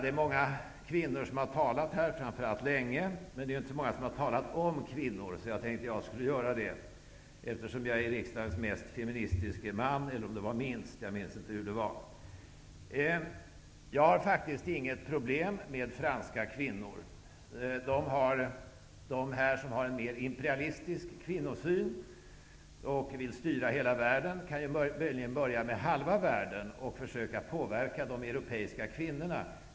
Det är många kvinnor som har talat här, framför allt länge, men inte så mycket om kvinnor. Därför skall jag göra det, eftersom jag är riksdagens mest feministiske man -- eller om det var minst. Jag har inga problem med franska kvinnor. De som har en mer imperialistisk kvinnosyn och vill styra hela världen kan möjligen börja med halva världen och försöka påverka de europeiska kvinnorna.